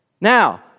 Now